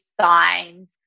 signs